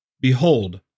Behold